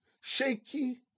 shaky